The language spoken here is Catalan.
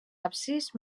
absis